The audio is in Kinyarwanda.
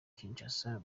kinshasa